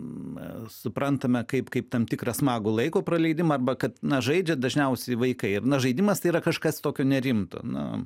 suprantame kaip kaip tam tikrą smagų laiko praleidimą arba kad na žaidžia dažniausiai vaikai na žaidimas tai yra kažkas tokio nerimto na